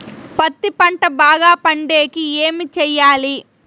పత్తి పంట బాగా పండే కి ఏమి చెయ్యాలి?